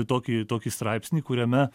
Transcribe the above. tokį tokį straipsnį kuriame